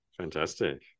Fantastic